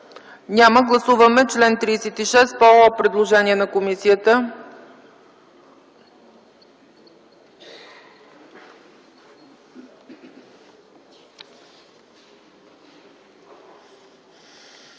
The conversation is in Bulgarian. Няма. Гласуваме чл. 36 по предложение на комисията.